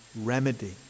remedy